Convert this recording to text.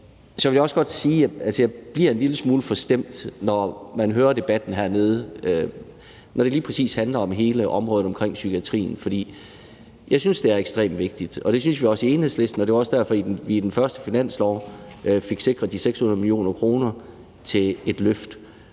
jeg også godt sige, at jeg bliver en lille smule forstemt, når man hører debatten hernede, når det lige præcis handler om hele området omkring psykiatrien. For jeg synes, det er ekstremt vigtigt, og det synes vi også i Enhedslisten, og det var også derfor, at vi i den første finanslov fik sikret de 600 mio. kr. til et løft.